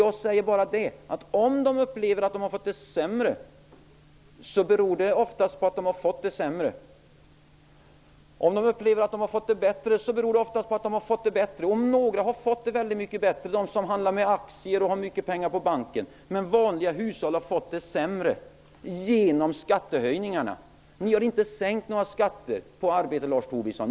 Jag säger bara att om de upplever att de har fått det sämre, beror det oftast på att de har fått det sämre. Om de upplever att de har fått det bättre, beror det oftast på att de har fått det bättre. Några har fått det väldigt mycket bättre, de som handlar med aktier och har mycket pengar på banken. De vanliga hushållen har fått det sämre -- genom skattehöjningarna! Ni har inte sänkt några skatter på arbete, Lars Tobisson.